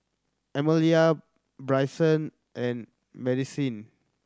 Amalia Bryson and Madisyn